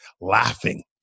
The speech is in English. laughing